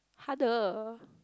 harder